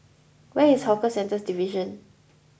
where is Hawker Centres Division